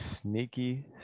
sneaky